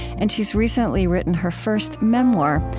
and she's recently written her first memoir,